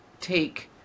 take